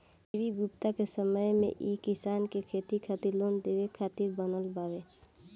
G V Gupta के समय मे ई किसान के खेती खातिर लोन देवे खातिर बनल बावे